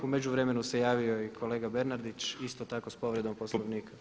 U međuvremenu se javio i kolega Bernardić isto tako s povredom Poslovnika.